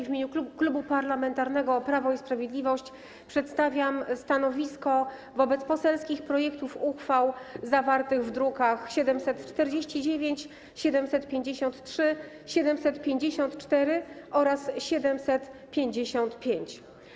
W imieniu Klubu Parlamentarnego Prawo i Sprawiedliwość przedstawiam stanowisko wobec poselskich projektów uchwał zawartych w drukach nr 749, 753, 754 oraz 755.